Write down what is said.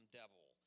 devil